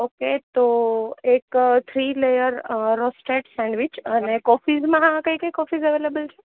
okay તો એક three layer roasted sandwich અને કોફીઝમાં કઈ કઈ કોફીઝ અવેલેબલ છે